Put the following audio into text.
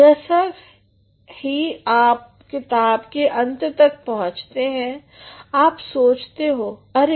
जैसे ही आप किताब के अंत तक पहुँचते हो आप सोचते हो अरे